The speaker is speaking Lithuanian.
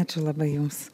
ačiū labai jums